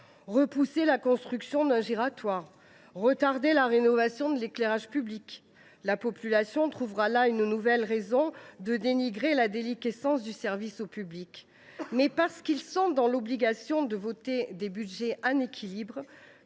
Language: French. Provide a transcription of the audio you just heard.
repousser la construction d’un giratoire, retarder la rénovation de l’éclairage public : la population trouvera là une nouvelle raison de dénigrer la déliquescence du service au public. Mais parce qu’ils sont dans l’obligation de voter des budgets en équilibre,